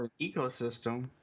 Ecosystem